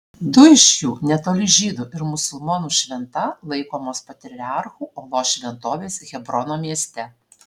du iš jų netoli žydų ir musulmonų šventa laikomos patriarchų olos šventovės hebrono mieste